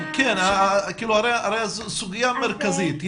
כן, הרי זו סוגיה מרכזית.